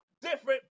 different